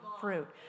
fruit